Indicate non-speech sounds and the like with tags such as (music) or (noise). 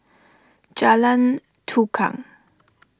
Jalan Tukang (noise)